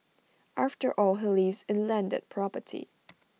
after all he lives in landed property